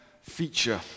feature